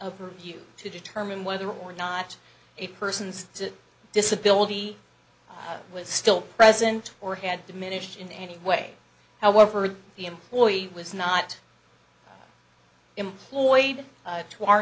you to determine whether or not a person's disability was still present or had diminished in any way however the employee was not employed to our